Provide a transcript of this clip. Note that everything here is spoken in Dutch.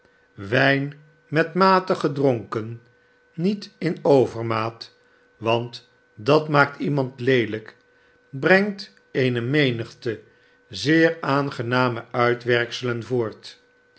wijn met mate gedronken niet in overmaat want dat maakt iemand leelijk brengt eene menigte zeer aangename uitwerkselen voort